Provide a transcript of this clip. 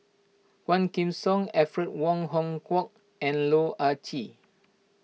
Quah Kim Song Alfred Wong Hong Kwok and Loh Ah Chee